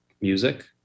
music